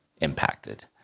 impacted